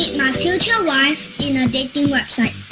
my future wife in a dating website.